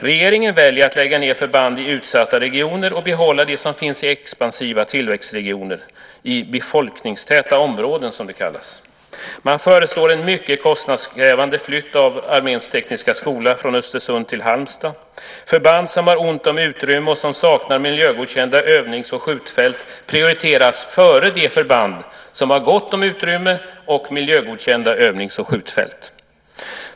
Regeringen väljer att lägga ned förband i utsatta regioner och behålla dem som finns i expansiva tillväxtregioner, i befolkningstäta områden som de kallas. Man föreslår en mycket kostnadskrävande flytt av Arméns tekniska skola från Östersund till Halmstad. Förband som har ont om utrymme och som saknar miljögodkända övnings och skjutfält prioriteras före de förband som har gott om utrymme och miljögodkända övnings och skjutfält.